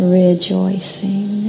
rejoicing